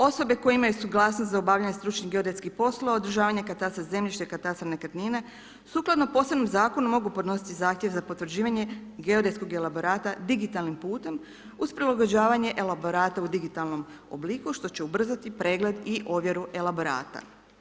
Osobe koje imaju suglasnost za obavljanje stručnih geodetskih poslova, održavanje katastra zemljišta i katastra nekretnina, sukladno posebnom zakonu mogu podnositi zahtjev za potvrđivanje geodetskog elaborata digitalnim putem uz prilagođavanje elaborata u digitalnom obliku što će ubrzati pregled i ovjeru elaborata.